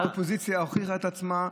האופוזיציה הוכיחה את עצמה.